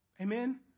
Amen